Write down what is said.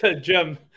Jim